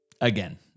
Again